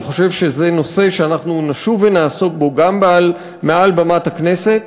אני חושב שזה נושא שאנחנו נשוב ונעסוק בו גם מעל במת הכנסת.